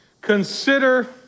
Consider